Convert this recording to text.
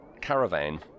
caravan